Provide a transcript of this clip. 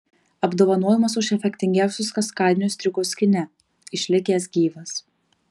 apdovanojimas už efektingiausius kaskadinius triukus kine išlikęs gyvas